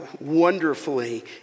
Wonderfully